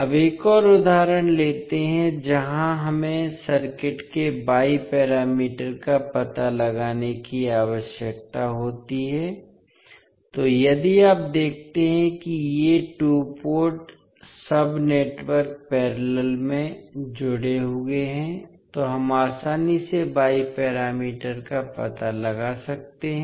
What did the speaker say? अब एक और उदाहरण लेते हैं जहां हमें सर्किट के वाई पैरामीटर का पता लगाने की आवश्यकता होती है तो यदि आप देखते हैं कि ये two port sub network parallel में जुड़े हुए हैं तो हम आसानी से वाई पैरामीटर का पता लगा सकते हैं